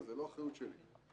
זה לא אחריות שלי.